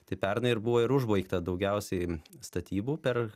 tai pernai ir buvo ir užbaigta daugiausiai statybų per